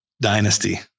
dynasty